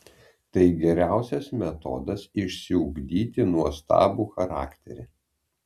tai geriausias metodas išsiugdyti nuostabų charakterį